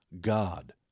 God